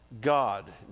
God